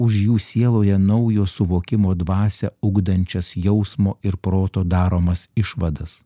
už jų sieloje naujo suvokimo dvasią ugdančias jausmo ir proto daromas išvadas